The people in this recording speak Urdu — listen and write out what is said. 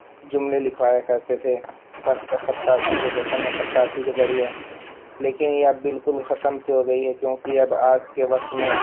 جملے لکھوایا کرتے تھے خطاطی کے فنِ خطاطی کے ذریعے لیکن اب یہ بالکل ختم سی ہو گئی ہے کیونکہ اب آج کے وقت میں